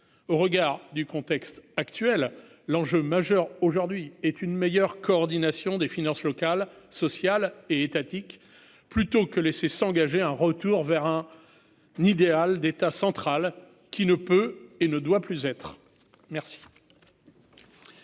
au regard du contexte actuel, l'enjeu majeur aujourd'hui est une meilleure coordination des finances locales, sociales et étatiques plutôt que laisser s'engager un retour vers un nid idéal d'État central qui ne peut et ne doit plus être merci.